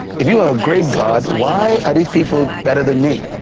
if you are a great god, why are these people better than me?